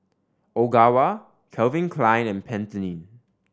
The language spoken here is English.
Ogawa Calvin Klein and Pantene